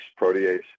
Protease